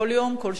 כל שעה,